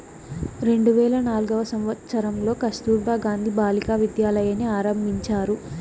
రెండు వేల నాల్గవ సంవచ్చరంలో కస్తుర్బా గాంధీ బాలికా విద్యాలయని ఆరంభించారు